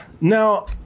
now